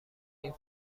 این